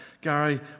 Gary